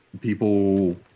people